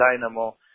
Dynamo